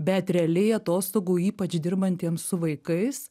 bet realiai atostogų ypač dirbantiems su vaikais